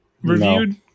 reviewed